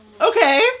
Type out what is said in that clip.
Okay